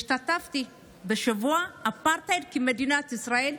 והשתתפתי בשבוע האפרטהייד כמדינת ישראל,